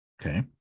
Okay